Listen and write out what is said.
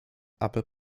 aby